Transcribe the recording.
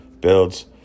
builds